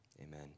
amen